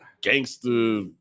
gangster